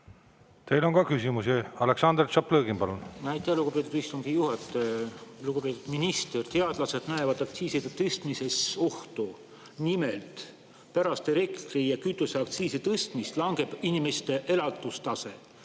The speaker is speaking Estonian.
Teile on ka küsimusi. Aleksandr Tšaplõgin, palun! Aitäh, lugupeetud istungi juhataja! Lugupeetud minister! Teadlased näevad aktsiiside tõstmises ohtu. Nimelt, pärast elektri- ja kütuseaktsiisi tõstmist langeb inimeste elatustase